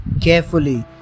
Carefully